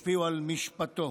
על משפטו